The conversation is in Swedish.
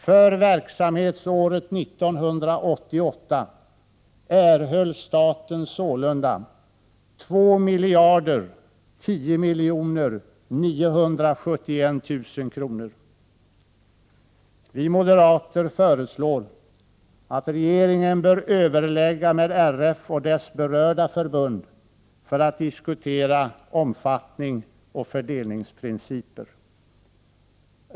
För verksamhetsåret 1988 erhöll staten sålunda 2 010 971 000 kr. Vi moderater föreslår att regeringen skall överlägga med RF och dess berörda förbund för att diskutera omfattning och fördelningsprinciper.